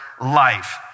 life